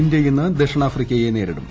India ഇന്ന് ദക്ഷിണാഫ്രിക്കയെ നേരിടും